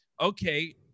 okay